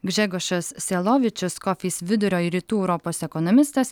gžegožas sielovičius coface vidurio ir rytų europos ekonomistas